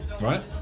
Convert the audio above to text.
right